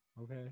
Okay